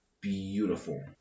beautiful